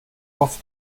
oft